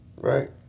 right